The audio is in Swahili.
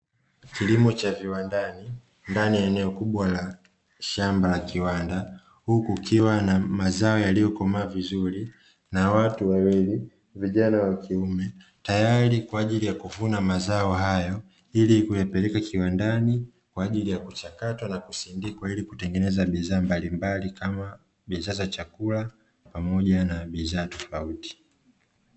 Kilimo cha viwandani ndani ya eneo kubwa la shamba la kiwanda, huku kukiwa na mazao yaliokomaa vizuri na watu wawili vijana wa kiume tayari kwaajili ya kuvuna mazao hayo ili kuyapeleka kiwandani, kwaajili ya kuchakatwa na kusindikwa ili kutengenezwa kwa bidhaa mbalimbali kama bidhaa za chakula pamoja na bidhaa tofauti.